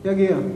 הוא יגיע.